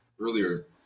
earlier